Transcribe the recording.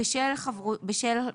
בשל מה?